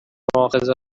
مواخذه